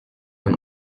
and